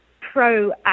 pro